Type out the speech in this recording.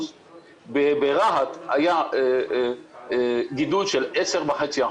ברהט היה גידול של 10.5%,